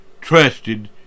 trusted